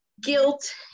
guilt